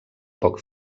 poc